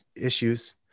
issues